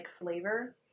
flavor